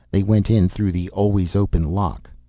they went in through the always-open lock,